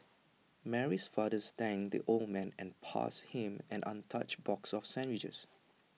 Mary's father thanked the old man and passed him an untouched box of sandwiches